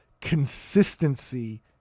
consistency